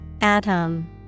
Atom